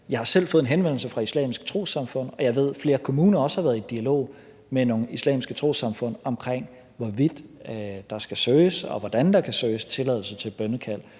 Jeg har selv fået en henvendelse fra Islamisk Trossamfund, og jeg ved, at flere kommuner også har været i dialog med nogle islamiske trossamfund om, hvorvidt der skal søges, og hvordan der kan søges om tilladelse til bønnekald.